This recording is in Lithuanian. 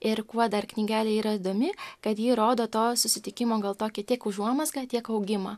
ir kuo dar knygelė yra įdomi kad ji rodo to susitikimo gal tokį tiek užuomazgą tiek augimą